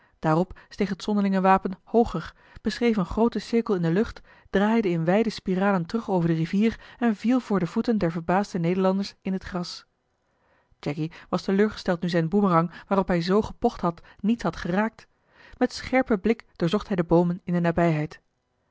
daarop steeg het zonderlinge wapen hooger beschreef een grooten cirkel in de lucht draaide in wijde spiralen terug over de rivier en viel voor de voeten der verbaasde nederlanders in het gras jacky was teleurgesteld nu zijn boemerang waarop hij zoo geeli heimans willem roda pocht had niets had geraakt met scherpen blik doorzocht hij de boomen in de nabijheid